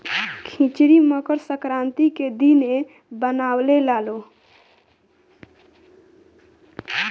खिचड़ी मकर संक्रान्ति के दिने बनावे लालो